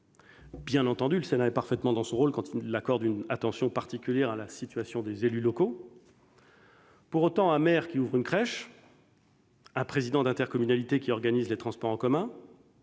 Bien entendu, le Sénat est parfaitement dans son rôle quand il accorde une attention particulière à la situation des élus locaux. Pour autant, un maire qui rouvre une crèche, un président d'intercommunalité qui organise les transports en commun,